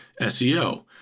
SEO